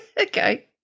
Okay